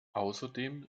außerdem